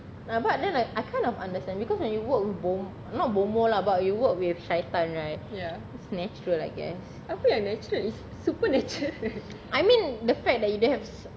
but like I kind of understand because when you work with bom~ not bomoh lah but you work with syaitan right it's natural I guess I mean the fact that you don't have